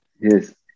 Yes